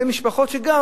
זה משפחות של,